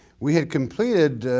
we had completed